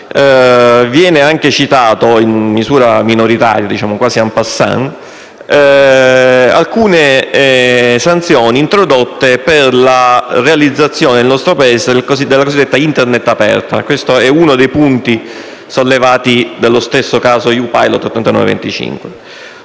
vengono anche citate in misura minoritaria, quasi *en passant*, alcune sanzioni introdotte per la realizzazione nel nostro Paese della cosiddetta Internet aperta. Questo è uno dei punti sollevati dallo stesso caso EU-Pilot